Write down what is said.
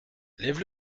lève